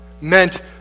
meant